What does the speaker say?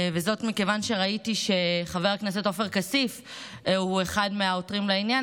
וזאת מכיוון שראיתי שחבר הכנסת עופר כסיף הוא אחד מהעותרים לעניין,